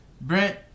Brent